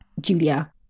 julia